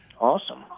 Awesome